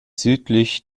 südlich